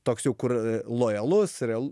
toks jau kur lojalus real